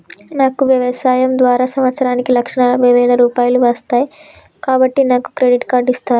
నాకు వ్యవసాయం ద్వారా సంవత్సరానికి లక్ష నలభై వేల రూపాయలు వస్తయ్, కాబట్టి నాకు క్రెడిట్ కార్డ్ ఇస్తరా?